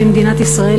במדינת ישראל,